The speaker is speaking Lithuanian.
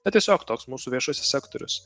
na tiesiog toks mūsų viešasis sektorius